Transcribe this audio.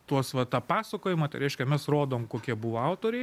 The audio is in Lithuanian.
tuos va tą pasakojimą tai reiškia mes rodom kokie buvo autoriai